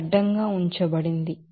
ఇది అడ్డంగా ఉంచబడింది